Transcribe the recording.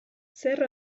zer